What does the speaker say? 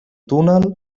túnel